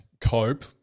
cope